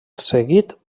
seguit